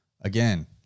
again